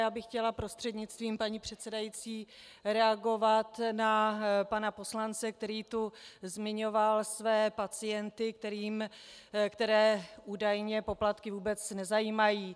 Já bych chtěla prostřednictvím paní předsedající reagovat na pana poslance, který tu zmiňoval své pacienty, které údajně poplatky vůbec nezajímají.